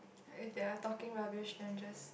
if they are talking rubbish then just